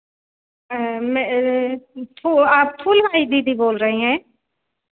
मैं थु फूल वाली दीदी बोल रहे हैं